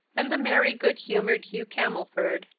and the merry, good-humoured hugh camelford,